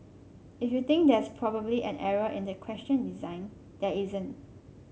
if you think there's probably an error in the question design there isn't